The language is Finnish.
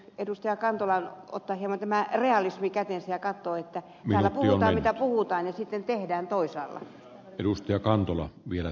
kantolan ottaa hieman tämä realismi käteen ja katsoa täällä puhutaan mitä puhutaan ja sitten tehdään toisin